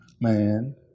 man